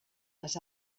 les